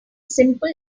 simple